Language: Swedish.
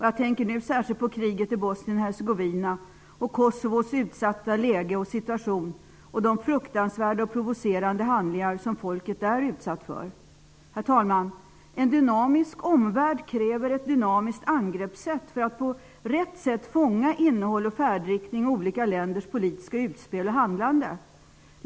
Jag tänker särskilt på kriget i Bosnien-Hercegovina, Kosovos utsatta läge och situation och de fruktansvärda och provocerande handlingar som folket där är utsatt för. Herr talman! En dynamisk omvärld kräver ett dynamiskt angreppssätt för att på rätt sätt fånga innehåll och färdriktning i olika länders politiska utspel och handlande.